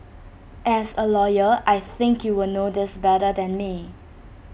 as A lawyer I think you will know this better than me